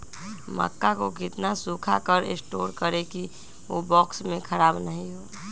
मक्का को कितना सूखा कर स्टोर करें की ओ बॉक्स में ख़राब नहीं हो?